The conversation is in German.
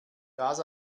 das